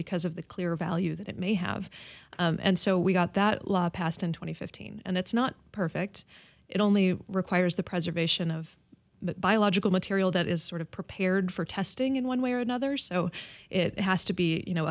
because of the clear value that it may have and so we got that law passed in twenty fifteen and it's not perfect it only requires the preservation of biological material that is sort of prepared for testing in one way or another so it has to be you know